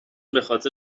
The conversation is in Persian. بخاطر